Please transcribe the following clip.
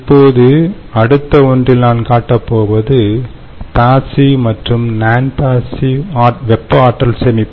இப்பொழுது அடுத்த ஒன்றில் நான் காட்டப் போவது பாசிவ் மற்றும் நான்பாசிவ் வெப்ப ஆற்றல் சேமிப்பு